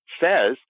says